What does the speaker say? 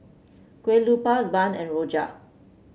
Kue Lupis bun and rojak